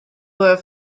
were